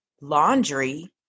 laundry